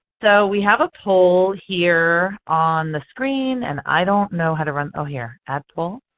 so we have poll here on the screen and i don't know how to run oh here, add poll?